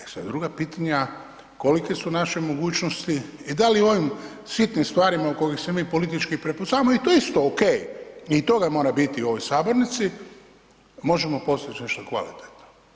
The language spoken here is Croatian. E sada su druga pitanja kolike su naše mogućnosti i da li u ovim sitnim stvarima oko kojih se mi politički prepucavamo i to je isto ok i toga mora biti u ovoj sabornici, možemo postići nešto kvalitetno.